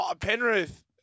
Penrith